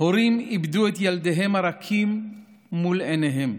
הורים איבדו את ילדיהם הרכים מול עיניהם.